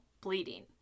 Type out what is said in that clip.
bleeding